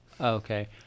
Okay